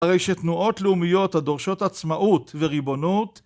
הרי שתנועות לאומיות הדורשות עצמאות וריבונות